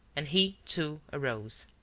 and he, too, arose.